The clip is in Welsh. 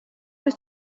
wyt